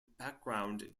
background